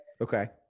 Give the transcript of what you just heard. Okay